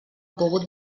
pogut